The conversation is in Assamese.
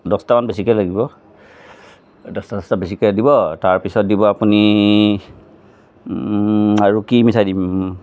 দছটামান বেছিকৈ লাগিব দছটা দছটা বেছিকৈ দিব তাৰপিছত দিব আপুনি আৰু কি মিঠাই দিম